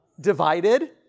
divided